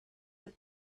the